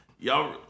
y'all